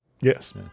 Yes